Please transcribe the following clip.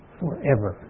forever